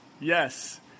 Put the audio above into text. Yes